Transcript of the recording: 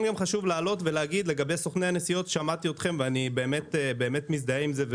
גם חשוב להגיד לגבי סוכני הנסיעות שמעתי אתכם ואני באמת מזדהה עם זה.